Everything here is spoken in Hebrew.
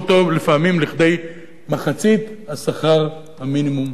לפעמים לכדי מחצית שכר המינימום במשק.